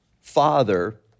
father